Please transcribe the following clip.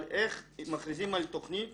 איך מכריזים על תוכנית